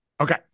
okay